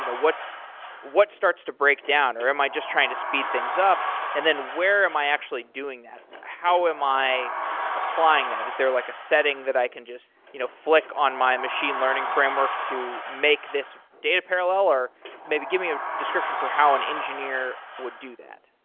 you know what's starts to break down, or am i just trying to speed things up? and then where am i actually doing that? how am i applying that? is there like a setting that i can just you know flick on my machine learning framework to make this data parallel or maybe give me a description for how an engineer would do that.